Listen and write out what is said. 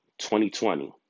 2020